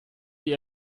die